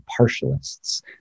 partialists